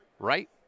right